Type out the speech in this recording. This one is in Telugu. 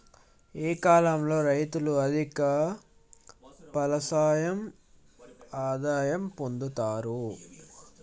ఏ కాలం లో రైతులు అధిక ఫలసాయం ఆదాయం పొందుతరు?